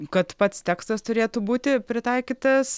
kad pats tekstas turėtų būti pritaikytas